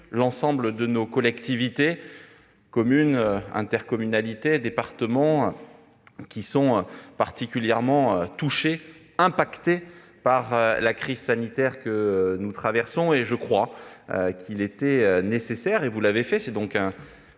l'ensemble de nos collectivités : communes, intercommunalités et départements sont particulièrement touchés par la crise sanitaire que nous traversons. Il était, me semble-t-il, nécessaire, et vous l'avez fait- c'est donc un